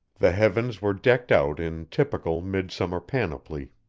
the heavens were decked out in typical midsummer panoply.